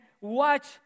watch